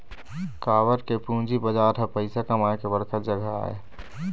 काबर के पूंजी बजार ह पइसा कमाए के बड़का जघा आय